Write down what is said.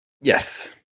Yes